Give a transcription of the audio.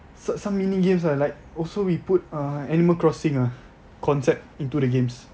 so~ some mini games ah like also we put uh animal crossing ah concept into the games